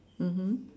mmhmm